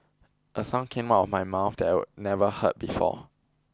a sound came out of my mouth that I'd never heard before